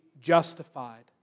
justified